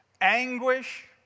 Anguish